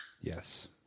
Yes